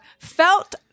felt